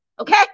okay